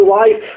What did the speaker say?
life